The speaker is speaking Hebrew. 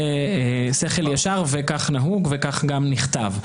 זה שכל ישר וכך נהוג וכך גם נכתב.